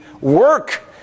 work